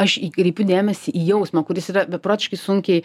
aš kreipiu dėmesį į jausmą kuris yra beprotiškai sunkiai